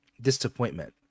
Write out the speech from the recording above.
disappointment